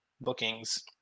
bookings